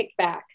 kickback